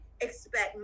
expect